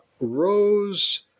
Rose